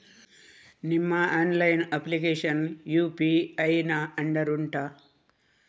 ನಿಮ್ಮ online application UPI ನ under ಉಂಟಾ